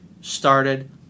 started